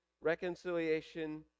reconciliation